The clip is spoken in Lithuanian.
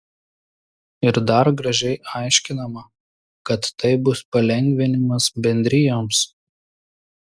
ir dar gražiai aiškinama kad tai bus palengvinimas bendrijoms